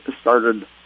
started